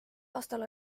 aastal